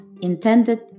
intended